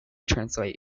translate